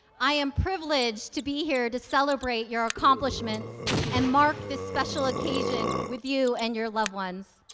i am privileged to be here to celebrate your accomplishments and mark this special occasion with you and your loved ones.